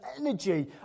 energy